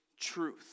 truth